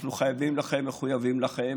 אנחנו חייבים לכם ומחויבים לכם,